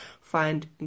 find